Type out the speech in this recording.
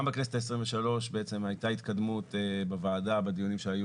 גם בכנסת ה-23 הייתה התקדמות בוועדה בדיונים שהיו